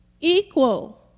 equal